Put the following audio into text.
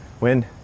win